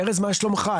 ארז, מה שלומך?